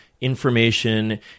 information